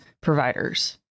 providers